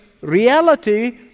reality